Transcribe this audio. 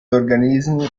organismi